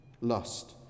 lust